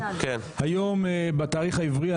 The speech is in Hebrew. היום בתאריך העברי,